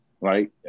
Right